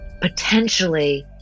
potentially